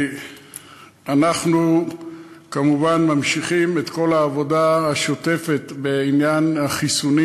אנחנו כמובן ממשיכים את כל העבודה השוטפת בעניין החיסונים